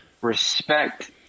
Respect